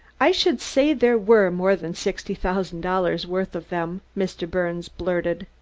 i should say there were more than sixty thousand dollars' worth of them, mr. birnes blurted.